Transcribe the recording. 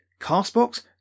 Castbox